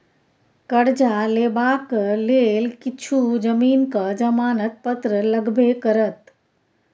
करजा लेबाक लेल किछु जमीनक जमानत पत्र लगबे करत